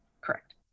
correct